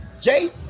Jay